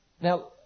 Now